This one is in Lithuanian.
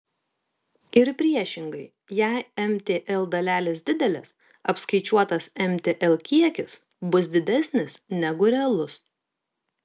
ir priešingai jei mtl dalelės didelės apskaičiuotas mtl kiekis bus didesnis negu realus